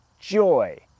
joy